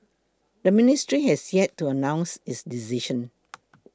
the ministry has yet to announce its decision